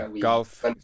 Golf